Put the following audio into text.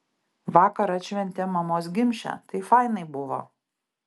vakar atšventėm mamos gimšę tai fainai buvo